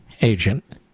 agent